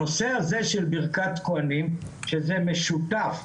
הנושא הזה של ברכת כוהנים שזה משותף,